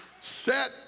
set